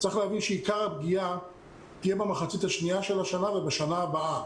צריך להבין שעיקר הפגיעה תהיה במחצית השנייה של השנה ובשנה הבאה,